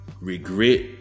regret